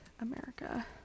America